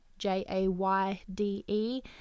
J-A-Y-D-E